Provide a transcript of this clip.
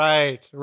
Right